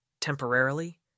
Temporarily